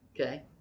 Okay